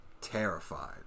terrified